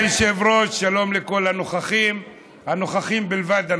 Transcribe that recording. אדוני היושב-ראש, שלום לכל הנוכחים, הנוכחים בלבד.